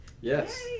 Yes